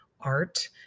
art